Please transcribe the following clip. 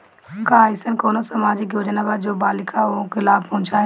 का अइसन कोनो सामाजिक योजना बा जोन बालिकाओं को लाभ पहुँचाए?